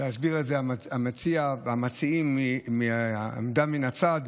להסביר את זה המציעים מהעמדה מן הצד,